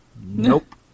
Nope